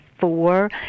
four